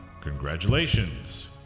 Congratulations